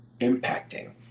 impacting